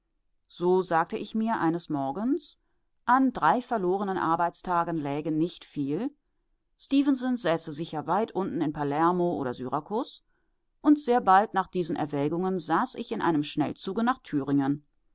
so sagte ich mir eines morgens an drei verlorenen arbeitstagen läge nicht viel stefenson säße sicher weit unten in palermo oder syrakus und sehr bald nach diesen erwägungen saß ich in einem schnellzuge nach thüringen